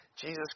Jesus